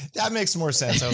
that makes more sense. i